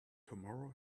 tomorrow